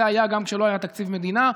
זה היה גם כשלא היה תקציב מדינה,